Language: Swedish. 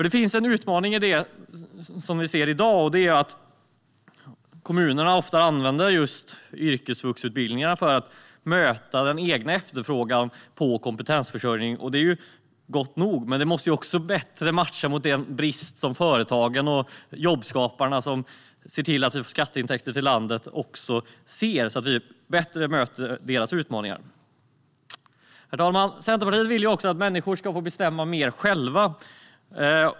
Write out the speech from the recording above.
Det finns en utmaning i dag, och den är att kommunerna ofta använder yrkesvuxutbildningarna för att möta den egna efterfrågan på kompetensförsörjning. Det är ju gott nog, men det måste bättre matcha den brist som företagen och jobbskaparna, som ser till att vi får skatteintäkter till landet, upplever så att vi bättre möter deras utmaningar. Herr talman! Centerpartiet vill att människor ska få bestämma mer själva.